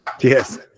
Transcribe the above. yes